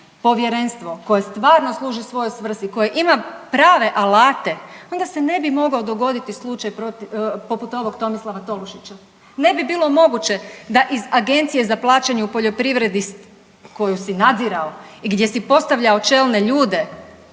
povjerenstvo koje stvarno služi svojoj svrsi, koje ima prave alate onda se ne bi mogao dogoditi slučaj poput ovog Tomislava Tolušića, ne bi bilo moguće da iz Agencije za plaćanje u poljoprivredi koju si nadzirao i gdje si postavljao čelne ljude